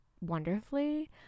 wonderfully